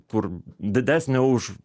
kur didesnė už